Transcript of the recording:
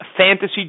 Fantasy